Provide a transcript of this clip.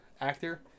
actor